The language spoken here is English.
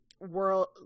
World